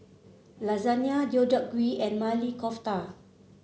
Lasagna Deodeok Gui and Maili Kofta